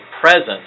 Present